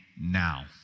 now